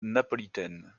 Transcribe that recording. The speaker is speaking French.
napolitaine